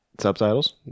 subtitles